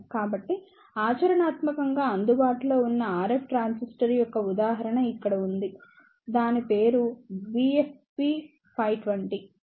కాబట్టి ఆచరణాత్మకంగా అందుబాటులో ఉన్న RF ట్రాన్సిస్టర్ యొక్క ఉదాహరణ ఇక్కడ ఉంది దాని పేరు BFP520